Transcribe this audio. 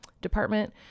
department